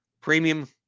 Premium